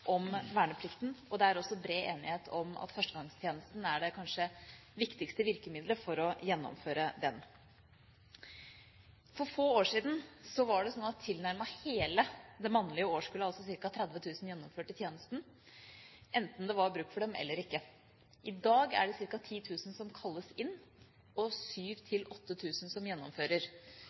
om verneplikten, og det er også bred enighet om at førstegangstjenesten kanskje er det viktigste virkemidlet for å gjennomføre den. For få år siden var det sånn at tilnærmet hele det mannlige årskullet, altså ca. 30 000, gjennomførte tjenesten, enten det var bruk for dem eller ikke. I dag er det ca. 10 000 som kalles inn, og 7 000–8 000 som gjennomfører.